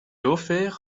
offert